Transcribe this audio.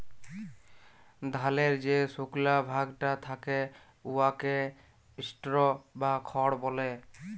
ধালের যে সুকলা ভাগটা থ্যাকে উয়াকে স্ট্র বা খড় ব্যলে